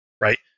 Right